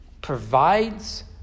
provides